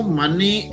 money